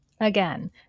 Again